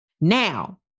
Now